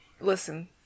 Listen